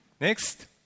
Next